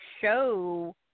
show